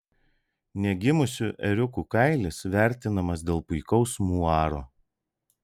negimusių ėriukų kailis vertinamas dėl puikaus muaro